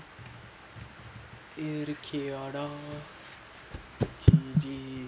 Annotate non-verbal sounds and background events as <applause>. இருக்கியாடா:irukkiyaadaa <laughs>